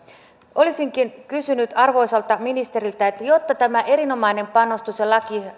olisinkin kysynyt arvoisalta ministeriltä että jotta tämä erinomainen panostus ja